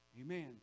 Amen